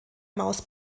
maus